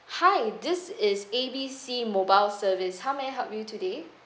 hi this is A B C mobile service how may I help you today